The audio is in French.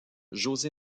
josé